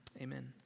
Amen